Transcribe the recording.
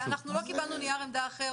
אנחנו לא קיבלנו נייר עמדה אחר,